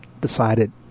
decided